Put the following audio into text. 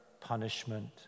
punishment